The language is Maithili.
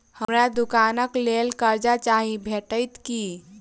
हमरा दुकानक लेल कर्जा चाहि भेटइत की?